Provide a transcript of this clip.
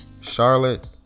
Charlotte